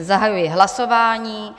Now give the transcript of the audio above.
Zahajuji hlasování.